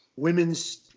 women's